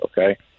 Okay